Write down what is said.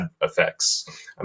effects